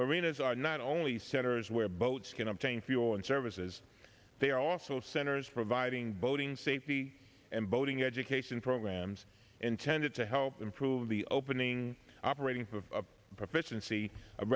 marinas are not only centers where boats can obtain fuel and services they are also centers for vibing boating safety and boating education programs intended to help improve the opening operating proficiency